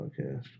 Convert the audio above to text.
podcast